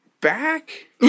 back